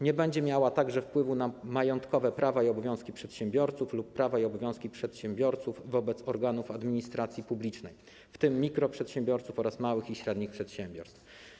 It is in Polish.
Nie będzie miała także wpływu na majątkowe prawa i obowiązki przedsiębiorców lub prawa i obowiązki przedsiębiorców wobec organów administracji publicznej, w tym mikroprzedsiębiorców oraz małych i średnich przedsiębiorstw.